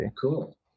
Cool